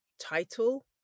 title